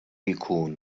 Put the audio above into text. jkun